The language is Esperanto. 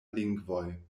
lingvoj